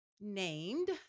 named